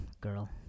girl